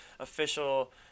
official